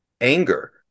anger